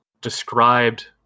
described